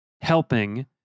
helping